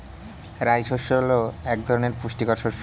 রাই শস্য হল এক পুষ্টিকর শস্য